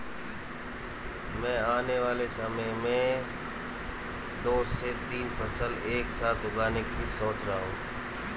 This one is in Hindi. मैं आने वाले समय में दो से तीन फसल एक साथ उगाने की सोच रहा हूं